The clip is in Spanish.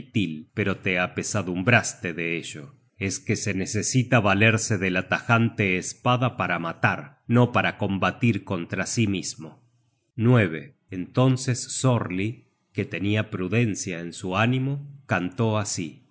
pero te apesadumbraste de ello es que se necesita valerse de la tajante espada para matar no para combatir contra sí mismo entonces sorli que tenia prudencia en su ánimo cantó así yo